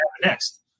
next